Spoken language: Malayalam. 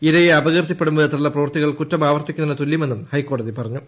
ഇരയെ അപകീർത്തിപ്പെടും വിധത്തിലുള്ള പ്രവൃത്തികൾ കുറ്റം ആവർത്തിക്കുന്നതിന് തുല്യമെന്ന് ഹൈക്കോടതി പറഞ്ഞു